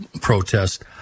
protest